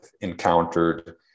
encountered